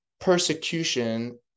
persecution